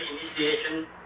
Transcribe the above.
initiation